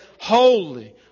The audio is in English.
Holy